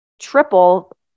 triple